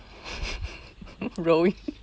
rowing